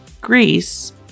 Greece